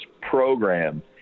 program